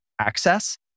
access